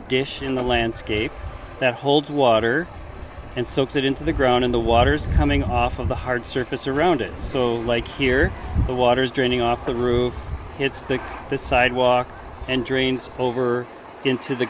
dish in the landscape that holds water and soaks it into the ground in the water's coming off of a hard surface around it so like here the water's draining off the roof hits the the sidewalk and drains over into the